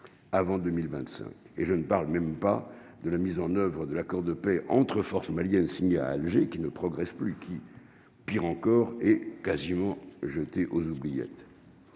avant 2025 et je ne parle même pas de la mise en oeuvre de l'accord de paix entre forces somaliennes signée à Alger qui ne progresse plus, qui, pire encore, et quasiment jeté aux oubliettes